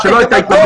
מה זה דמגוג,